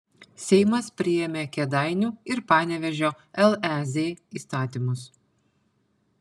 seimas priėmė kėdainių ir panevėžio lez įstatymus